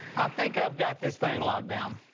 i think i've got this thing locked down.